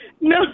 no